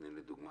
תני לי דוגמה.